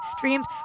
dreams